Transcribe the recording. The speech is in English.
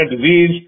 disease